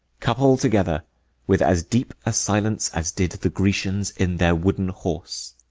couple together with as deep a silence, as did the grecians in their wooden horse.